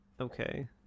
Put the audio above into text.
Okay